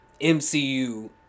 MCU